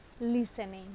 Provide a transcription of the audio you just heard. listening